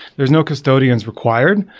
there's no custodians required.